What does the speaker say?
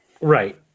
Right